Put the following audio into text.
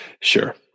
sure